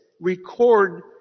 record